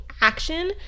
action